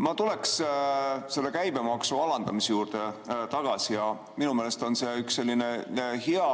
Ma tuleksin selle käibemaksu alandamise juurde tagasi. Minu meelest on see üks selline hea